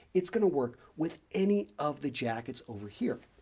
it's going to work with any of the jackets over here.